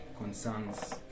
concerns